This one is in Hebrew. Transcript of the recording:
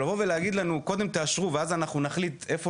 לבוא ולהגיד לנו קודם תאשרו ואז אנחנו נחליט איפה